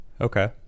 Okay